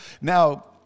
Now